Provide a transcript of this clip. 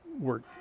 work